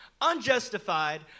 Unjustified